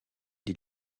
des